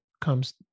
comes